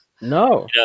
No